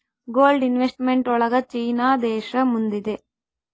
gold investment ಒಳಗ China ದೇಶ ಮುಂದಿದೆ